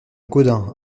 gaudin